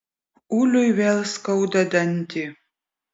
uliui vėl skauda dantį